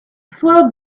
swell